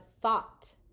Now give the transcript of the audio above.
thought